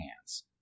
hands